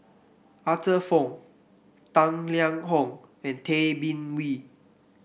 Arthur Fong Tang Liang Hong and Tay Bin Wee